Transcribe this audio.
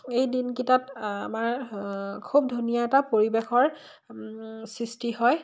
এই দিনকেইটাত আমাৰ খুব ধুনীয়া এটা পৰিৱেশৰ সৃষ্টি হয়